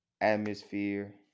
atmosphere